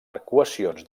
arcuacions